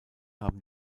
haben